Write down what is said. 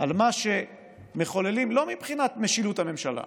על מה שמחוללים, לא מבחינת משילות הממשלה.